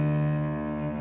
and